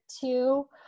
two